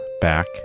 back